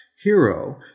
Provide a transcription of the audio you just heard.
hero